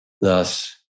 thus